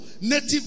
native